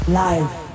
live